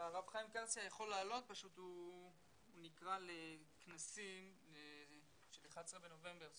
הרב חיים קרסיה הוא נקרא לכנסים של 11 בנובמבר,